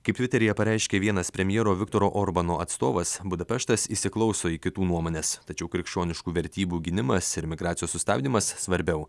kaip tviteryje pareiškė vienas premjero viktoro orbano atstovas budapeštas įsiklauso į kitų nuomones tačiau krikščioniškų vertybių gynimas ir migracijos sustabdymas svarbiau